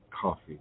coffee